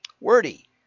Wordy